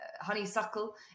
Honeysuckle